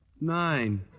Nine